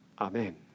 Amen